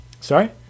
Sorry